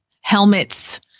helmets